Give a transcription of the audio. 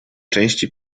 części